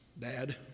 Dad